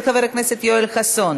עברה בקריאה טרומית,